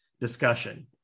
discussion